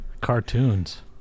Cartoons